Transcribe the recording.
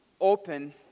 open